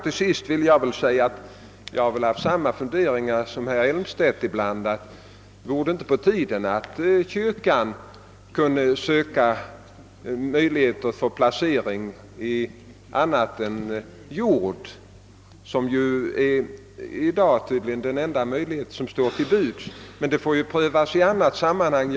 Till sist vill jag säga att jag ibland haft samma funderingar som herr Elmstedt, nämligen om det inte vore på tiden att kyrkan kunde få möjlighet att placera pengar i annat än jord, vilket i dag tydligen är den enda möjlighet som står till buds. Denna fråga måste dock prövas i annat sammanhang.